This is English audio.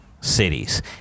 cities